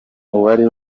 uwari